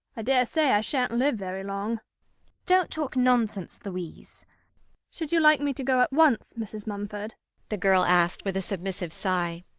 daresay i shan't live very long don't talk nonsense, louise should you like me to go at once, mrs. mumford the girl asked, with a submissive sigh.